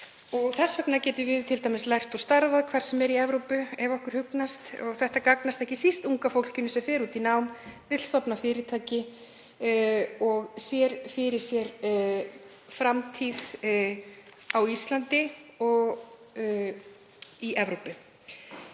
Þess vegna getum við t.d. lært og starfað hvar sem er í Evrópu ef okkur hugnast og það gagnast ekki síst unga fólkinu sem fer út í nám, vill stofna fyrirtæki og sér fyrir sér framtíð á Íslandi og í Evrópu.